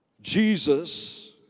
Jesus